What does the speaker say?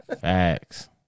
Facts